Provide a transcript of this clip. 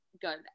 good